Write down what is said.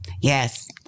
Yes